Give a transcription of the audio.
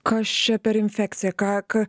kas čia per infekcija ką ką